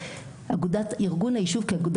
אכן זה נעשה.